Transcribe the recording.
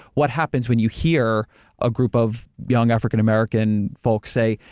what happens when you hear a group of young african american folks say,